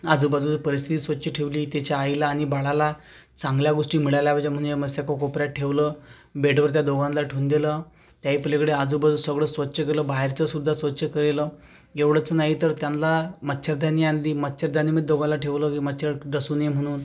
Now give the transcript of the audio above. आजूबाजूची परिस्थिती स्वछ ठेवली त्याच्या आईला आणि बाळाला चांगल्या गोष्टी मिळाल्या पाहिजे म्हणून मस्त को कोपऱ्यात ठेवलं बेडवर त्या दोघांना ठेऊन दिल त्याही पलीकडे आजूबाजू सगळं स्वच्छ केलं बाहेरच सुद्धा स्वच्छ केलं एवढाच नाही तर त्यांला मच्छरदाणी आणली मच्छरदाणीमध्ये दोघांना ठेवलं मच्छर डसू नये म्हणून